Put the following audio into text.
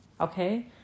Okay